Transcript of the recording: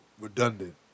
redundant